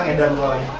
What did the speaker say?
and done by